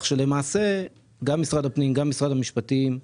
למעשה גם משרד הפנים וגם משרד המשפטים,